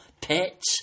pets